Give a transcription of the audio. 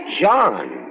John